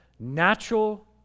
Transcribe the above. Natural